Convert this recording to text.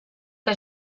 que